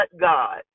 God